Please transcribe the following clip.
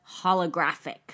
holographic